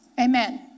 Amen